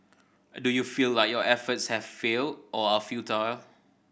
do you feel like your efforts have failed or are futile